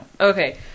Okay